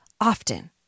often